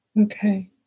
Okay